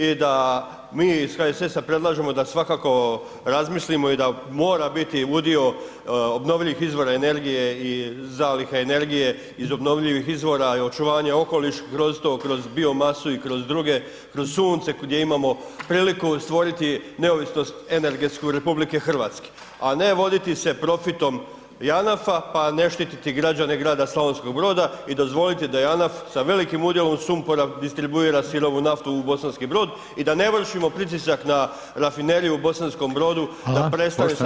I da mi iz HSS-a predlažemo da svakako razmislimo i da mora biti udio obnovljivih izvora energije i zaliha energije iz obnovljivih izvora, očuvanje okoliš kroz to, kroz biomasu i kroz druge, kroz sunce, gdje imamo priliku stvoriti neovisnost energetsku RH a ne voditi se profitom JANAF-a pa ne štiti građane grada Slavonskog Broda i dozvoliti da JANAF sa velikim udjelom sumpora distribuira sirovu naftu u Bosanski Brod i da ne vršimo pritisak na rafineriju u Bosanskom Brodu da prestanu sa trovanjem građana Slavonskog Broda.